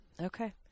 Okay